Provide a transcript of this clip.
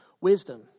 Wisdom